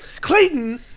Clayton